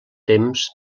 temps